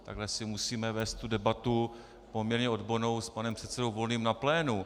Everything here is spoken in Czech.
Takhle si musíme vést tu debatu poměrně odbornou s panem předsedou Volným na plénu.